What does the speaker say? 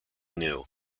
knew